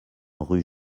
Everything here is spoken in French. rue